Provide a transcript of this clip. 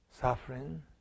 suffering